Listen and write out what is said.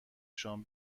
شام